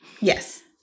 Yes